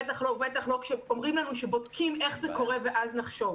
בטח לא כשאומרים לנו שבודקים איך זה קורה ואז נחשוב.